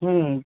হুম